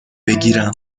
بگیرم